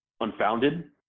unfounded